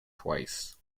twice